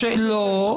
לא.